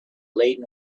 laden